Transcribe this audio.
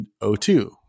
O2